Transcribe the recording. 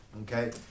okay